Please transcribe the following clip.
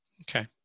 Okay